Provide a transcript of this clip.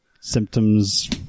symptoms